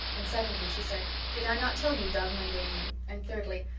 and secondly she said did i not tell you dog monday knew and thirdly,